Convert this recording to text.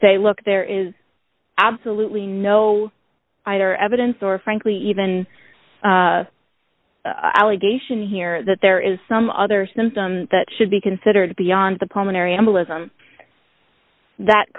say look there is absolutely no evidence or frankly even geisha in here that there is some other symptoms that should be considered beyond the pulmonary embolism that